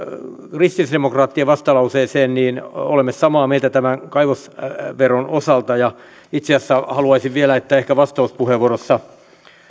kristillisdemokraattien vastalauseeseen niin olemme samaa mieltä tämän kaivosveron osalta itse asiassa haluaisin vielä että ehkä vastauspuheenvuoroissa